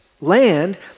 land